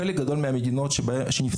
הרמה בחלק גדול מהאוניברסיטאות שנפסלו,